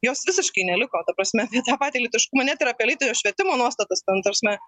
jos visiškai neliko ta prasme apie tą patį lytiškumą net ir apie lytinio švietimo nuostatas ten ta prasme